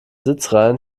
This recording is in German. sitzreihen